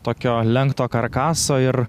tokio lenkto karkaso ir